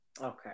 Okay